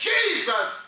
Jesus